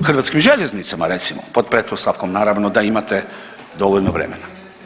Hrvatskim željeznicama, recimo, pod pretpostavkom naravno, da imate dovoljno vremena.